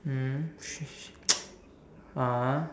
mm ah